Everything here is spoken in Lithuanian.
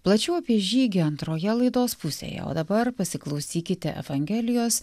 plačiau apie žygį antroje laidos pusėje o dabar pasiklausykite evangelijos